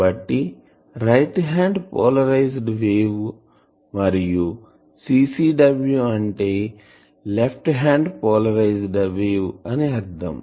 కాబట్టి right hand polarised wave మరియు CCW అంటే లెఫ్ట్ హ్యాండ్ పోలరైజ్డ్ వేవ్ అని అర్ధం